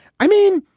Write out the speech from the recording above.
i mean,